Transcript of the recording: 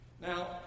Now